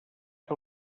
que